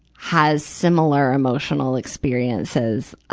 has similar emotional experiences.